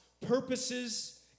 purposes